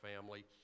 family